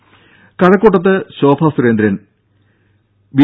രും കഴക്കൂട്ടത്ത് ശോഭാ സുരേന്ദ്രൻ ബി